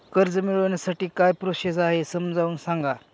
कर्ज मिळविण्यासाठी काय प्रोसेस आहे समजावून सांगा